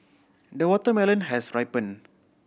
the watermelon has ripen